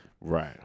Right